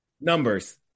numbers